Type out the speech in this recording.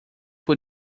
por